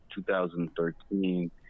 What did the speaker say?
2013